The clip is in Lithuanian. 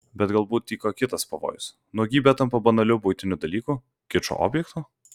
bet galbūt tyko kitas pavojus nuogybė tampa banaliu buitiniu dalyku kičo objektu